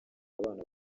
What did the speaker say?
abana